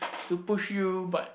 to push you but